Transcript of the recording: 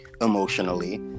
emotionally